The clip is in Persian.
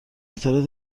اطلاع